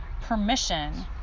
permission